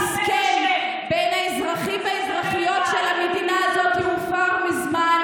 ההסכם בין האזרחים והאזרחיות של המדינה הזאת הופר מזמן.